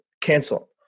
Cancel